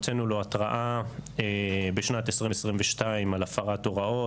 הוצאנו לו התראה בשנת 2022 על הפרת הוראות.